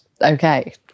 Okay